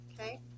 Okay